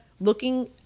looking